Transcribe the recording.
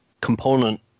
component